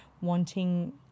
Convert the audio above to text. wanting